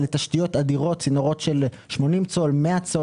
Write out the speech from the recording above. אלה תשתיות אדירות, צינורות של 80 צול, 100 צול.